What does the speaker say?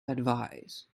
advise